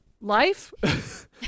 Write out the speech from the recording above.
life